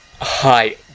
Hi